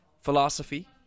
philosophy